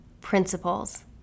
principles